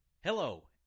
Hello